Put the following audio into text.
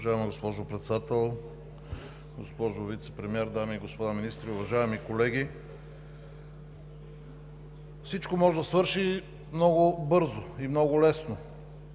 Уважаема госпожо Председател, госпожо Вицепремиер, дами и господа министри, уважаеми колеги! Всичко може да свърши много бързо и много лесно.